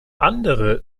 andere